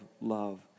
love